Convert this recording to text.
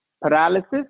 paralysis